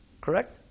Correct